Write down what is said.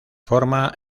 forma